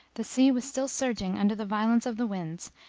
the sea was still surging under the violence of the winds,